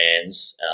brands